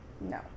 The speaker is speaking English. no